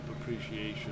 appreciation